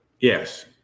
Yes